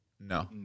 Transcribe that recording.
No